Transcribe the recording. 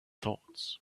thoughts